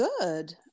Good